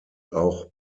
auch